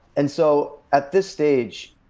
and so at this stage,